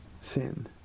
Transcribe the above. sin